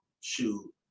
shoot